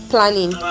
planning